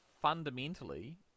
fundamentally